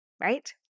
right